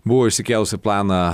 buvo išsikėlusi planą